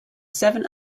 seven